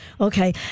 Okay